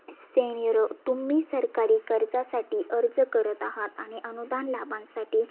सेनयुरो तुम्ही सरकारी कर्जासाठी अर्ज करत आहात आणि अनुदान लाभांसाठी